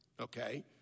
Okay